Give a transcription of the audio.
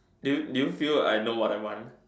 do do you feel I know what I want